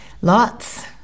lots